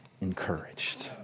encouraged